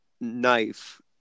knife